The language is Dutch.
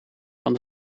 van